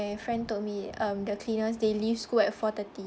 my friend told me um the cleaners they leave school at four-thirty